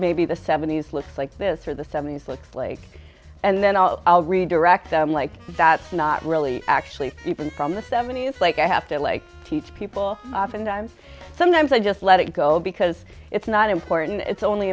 maybe the seventies looks like this or the seventy looks like and then i'll redirect like that's not really actually even from the seventies like i have to like teach people oftentimes sometimes i just let it go because it's not important it's only